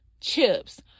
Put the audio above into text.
chips